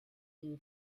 you